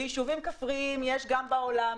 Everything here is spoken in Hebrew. ויישובים כפריים יש גם בעולם.